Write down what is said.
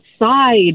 outside